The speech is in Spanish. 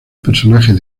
personajes